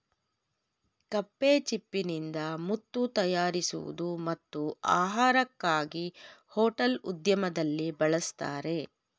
ಕಪ್ಪೆಚಿಪ್ಪಿನಿಂದ ಮುತ್ತು ತಯಾರಿಸುವುದು ಮತ್ತು ಆಹಾರಕ್ಕಾಗಿ ಹೋಟೆಲ್ ಉದ್ಯಮದಲ್ಲಿ ಬಳಸ್ತರೆ